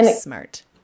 smart